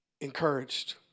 encouraged